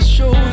show